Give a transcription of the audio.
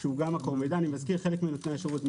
שהוא גם מקור מידע אני מזכיר שחלק מנותני שירות הם